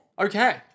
Okay